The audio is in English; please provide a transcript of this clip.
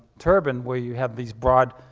turban where you have these broad,